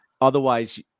otherwise